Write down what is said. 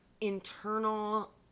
Internal